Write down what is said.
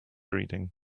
reading